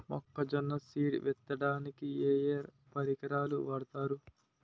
మొక్కజొన్న సీడ్ విత్తడానికి ఏ ఏ పరికరాలు వాడతారు?